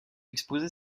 exposer